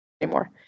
anymore